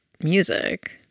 music